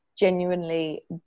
Genuinely